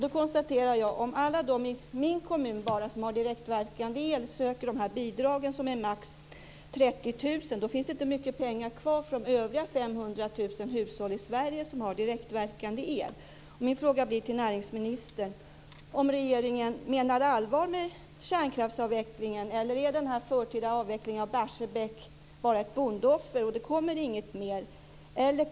Då konstaterar jag att om alla de i min kommun som har direktverkande el söker dessa bidrag på maximalt 30 000 kr finns inte mycket pengar kvar för de övriga 500 000 hushållen i Sverige som har direktverkande el. Min fråga till näringsministern är: Menar regeringen allvar med kärnkraftsavvecklingen, eller är den förtida avvecklingen av Barsebäck bara ett bondeoffer, och det kommer inget mer?